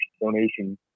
donation